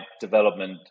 development